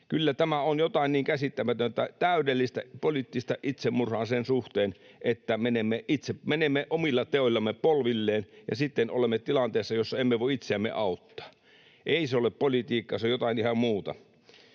Kyllä tämä on jotain niin käsittämätöntä, täydellistä poliittista itsemurhaa sen suhteen, että menemme omilla teoillamme polvilleen ja sitten olemme tilanteessa, jossa emme voi itseämme auttaa. Ei se ole politiikkaa, se on jotain ihan muuta.